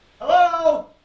Hello